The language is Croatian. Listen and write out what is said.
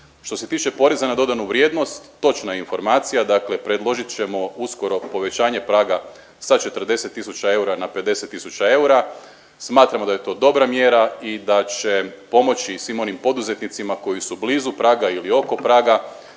Što se tiče poreza na dodanu vrijednost točna je informacija, dakle predložit ćemo uskoro povećanje praga sa 40 tisuća eura na 50 tisuća eura. Smatramo da je to dobra mjera i da će pomoći svim onim poduzetnicima koji su blizu praga ili oko praga